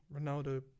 Ronaldo